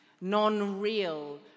non-real